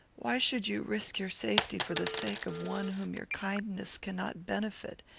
why should you risk your safety for the sake of one whom your kindness cannot benefit,